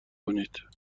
کنید